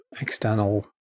external